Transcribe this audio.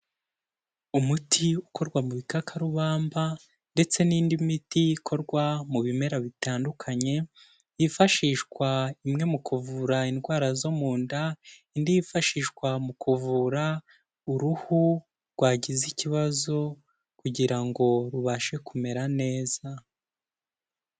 Umuti ukorwa mu bikakarubamba ndetse n'indi miti ikorwa mu bimera bitandukanye, yifashishwa imwe mu kuvura indwara zo mu nda, indi yifashishwa mu kuvura uruhu rwagize ikibazo kugira ngo rubashe kumera neza.